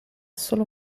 solo